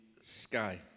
sky